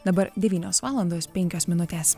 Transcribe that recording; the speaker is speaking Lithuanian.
dabar devynios valandos penkios minutės